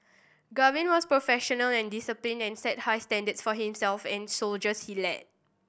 Gavin was professional and disciplined and set high standard for himself and soldiers he led